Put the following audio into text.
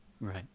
Right